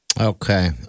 Okay